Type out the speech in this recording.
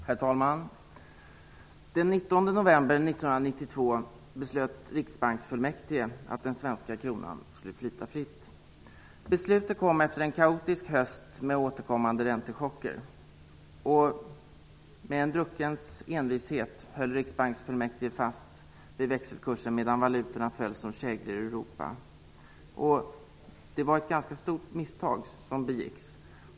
Herr talman! Den 19 november 1992 beslöt riksbanksfullmäktige att den svenska kronan skulle flyta fritt. Beslutet kom efter en kaotisk höst med återkommande räntechocker. Med en druckens envishet höll riksbanksfullmäktige fast vid växelkursen medan valutorna föll som käglor i Europa. Det var ett ganska stort misstag som begicks.